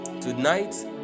Tonight